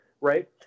right